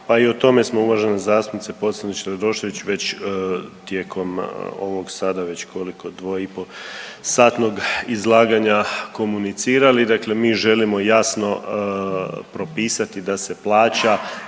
Pa i o tome smo uvažena zastupnice Pocrnić Radošević već tijekom ovog sada već koliko dvo i po satnog izlaganja komunicirali, dakle mi želimo jasno propisati da se plaća